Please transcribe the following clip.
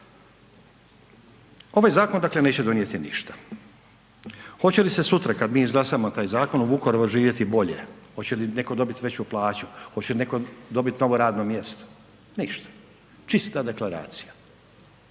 Ovaj zakon dakle neće donijeti ništa. Hoće li se sutra kada mi izglasamo taj zakon o Vukovaru živjeti bolje, hoće li neko dobiti veću plaću, hoće neko dobiti novo radno mjesto? Ništa, čista deklaracija,